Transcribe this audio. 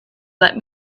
let